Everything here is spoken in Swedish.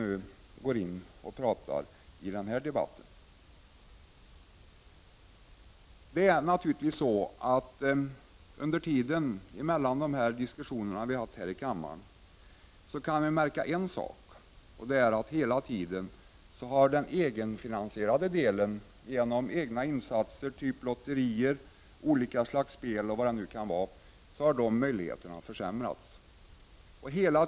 Under den tid som gått mellan de diskussioner som vi har fört här i kammaren har vi kunnat märka att möjligheterna till egen finansiering — genom egna insatser typ lotterier, olika slags spel och vad det nu har varit — hela tiden har försämrats.